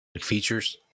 Features